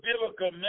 biblical